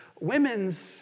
women's